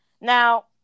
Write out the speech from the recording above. Now